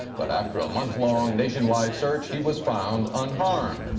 but, after a month-long, nationwide search, he was found unharmed!